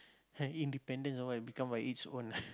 independence or what and become by it's own